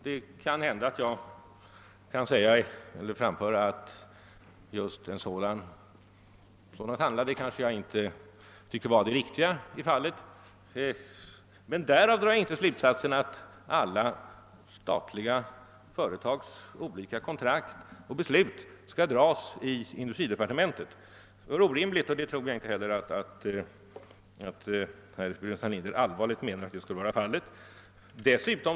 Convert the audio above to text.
Det kan hända att jag framför den åsikten att företagets handlande inte varit det riktiga, men därav drar jag inte slutsatsen att de statliga företagens olika kontrakt och beslut skall föredragas i industridepartementet. Det vore orimligt att förfara på det sättet, och jag tror inte heller att herr Burenstanr Linder allvarligt menar att det bör gå till så.